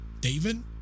David